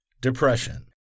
Depression